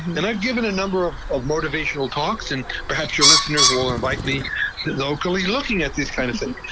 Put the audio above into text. and i've given a number of of motivational talks and perhaps your listeners will invite me locally, looking at this kind of thing.